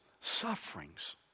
sufferings